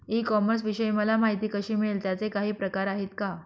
E कॉमर्सविषयी मला माहिती कशी मिळेल? त्याचे काही प्रकार आहेत का?